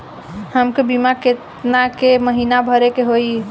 हमके बीमा केतना के महीना भरे के होई?